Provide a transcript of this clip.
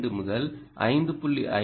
2 முதல் 5